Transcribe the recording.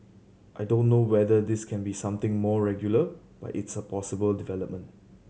I don't know whether this can be something more regular but it's a possible development